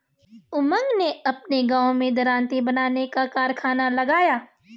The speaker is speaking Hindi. उमंग ने अपने गांव में दरांती बनाने का कारखाना लगाया